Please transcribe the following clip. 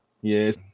yes